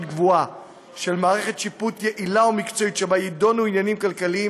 קבועה של מערכת שיפוט יעילה ומקצועית שבה יידונו עניינים כלכליים